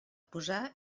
posar